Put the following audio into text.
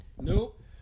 Nope